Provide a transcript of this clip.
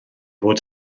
fod